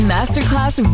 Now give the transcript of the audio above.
Masterclass